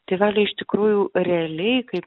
tėveliai iš tikrųjų realiai kaip